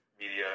media